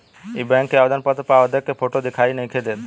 इ बैक के आवेदन पत्र पर आवेदक के फोटो दिखाई नइखे देत